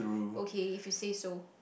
okay if you say so